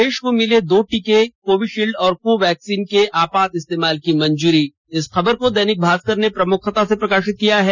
देश को मिले दो टीके कोविशील्ड और कोवैक्सीन के आपात इस्तेमाल की मंजूरी इस खबर को दैनिक भास्कर ने प्रमुखता से प्रकाशित किया है